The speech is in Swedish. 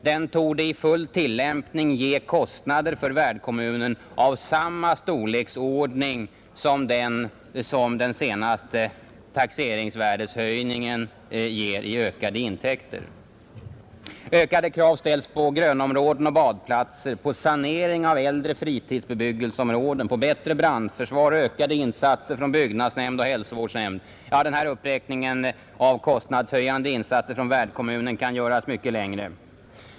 Den torde i full tillämpning ge kostnader för värdkommunen av samma storleksordning som vad den senaste taxeringsvärdeshöjningen ger i ökade intäkter. Ökade krav ställs på grönområden och badplatser, på sanering av äldre fritidsbebyggelsområden, på bättre brandsförsvar och ökade insatser från byggnadsnämnd och hälsovårdsnämnd, Ja, den här uppräkningen av kostnadshöjande insatser från värdkommunen kan göras mycket längre.